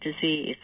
disease